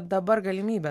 dabar galimybės